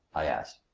i asked.